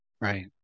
Right